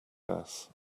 gas